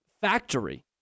factory